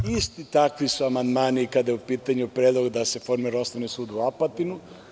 Isti su takvi amandmani kada je u pitanju predlog da se formira Osnovni sud u Apatinu.